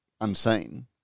unseen